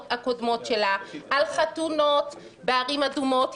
הקודמות שלה על חתונות בערים אדומות.